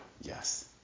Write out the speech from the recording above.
Yes